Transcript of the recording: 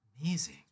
Amazing